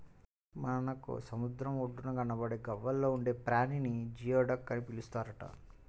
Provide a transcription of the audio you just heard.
మనకు సముద్రం ఒడ్డున కనబడే గవ్వల్లో ఉండే ప్రాణిని జియోడక్ అని పిలుస్తారట